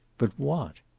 but what?